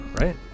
right